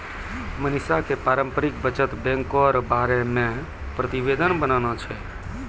मनीषा क पारस्परिक बचत बैंको र बारे मे प्रतिवेदन बनाना छै